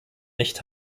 nicht